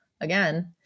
again